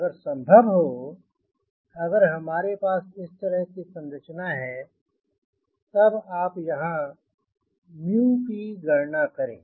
अगर संभव हो अगर हमारे पास इस तरह की संरचना है तब आप यहाँ की गणना करें